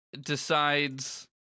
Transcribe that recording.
decides